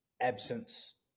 absence